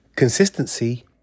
Consistency